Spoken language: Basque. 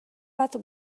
bat